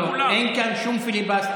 לא, לא, אין כאן שום פיליבסטר.